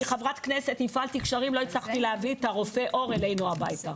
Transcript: כחברת כנסת הפעלתי קשרים ולא הצלחתי להביא את רופא העור אלינו הביתה.